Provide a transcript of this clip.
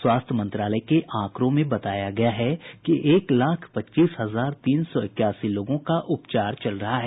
स्वास्थ्य मंत्रालय के आंकडों में बताया गया है कि एक लाख पच्चीस हजार तीन सौ इक्यासी लोगों का उपचार चल रहा है